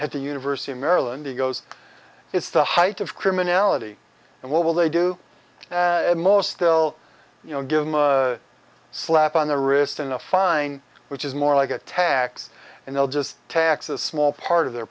had the university of maryland he goes it's the height of criminality and what will they do more still you know give them a slap on the wrist in a fine which is more like a tax and they'll just taxes small part of their